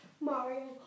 Mario